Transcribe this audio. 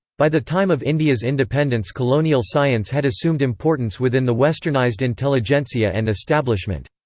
by the time of india's independence colonial science had assumed importance within the westernized intelligentsia and establishment.